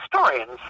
historians